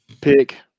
pick